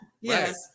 yes